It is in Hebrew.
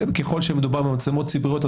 ככל שמדובר במצלמות ציבוריות,